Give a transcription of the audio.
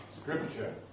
Scripture